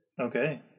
Okay